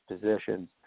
positions